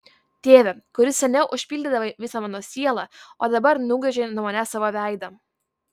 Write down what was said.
tėve kuris seniau užpildydavai visą mano sielą o dabar nugręžei nuo manęs savo veidą